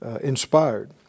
inspired